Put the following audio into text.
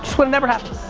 just woulda never happened.